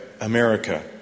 America